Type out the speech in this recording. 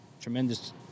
tremendous